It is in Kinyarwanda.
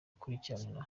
gukurikirana